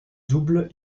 double